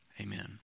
Amen